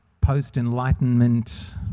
post-enlightenment